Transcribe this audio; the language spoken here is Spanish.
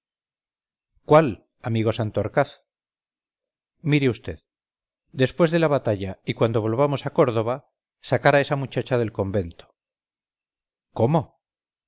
cuál amigo santorcaz mire vd después de la batalla y cuando volvamos a córdoba sacar a esa muchacha del convento cómo